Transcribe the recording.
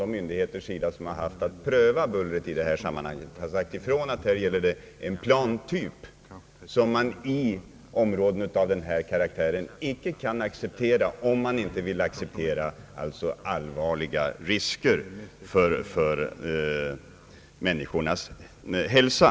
De myndigheter som haft till uppgift att pröva bullerfrågan har sagt ifrån att DC 9-20 är en flygplanstyp som icke kan användas inom ett område av Brommas karaktär, om man inte vill acceptera allvarliga risker för människornas hälsa.